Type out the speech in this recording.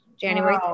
January